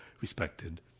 respected